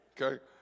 Okay